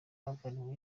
abavandimwe